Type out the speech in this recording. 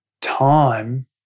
time